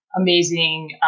amazing